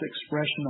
expression